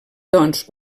doncs